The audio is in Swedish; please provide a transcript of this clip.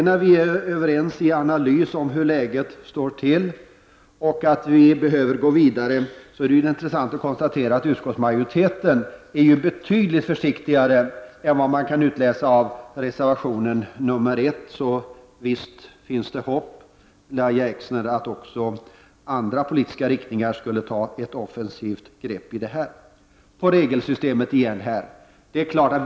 Vi är överens om analysen av läget och om att det är nödvändigt att vi går vidare. Det är då intressant att konstatera att utskottsmajoriteten är betydligt försiktigare än de utskottsledamöter som står bakom reservation nr 1. Så visst finns det hopp om, Lahja Exner, att även andra politiska riktningar skulle kunna ta ett offensivt grepp på detta område. Än en gång till regelsystemet.